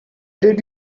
did